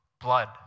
blood